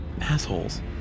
Assholes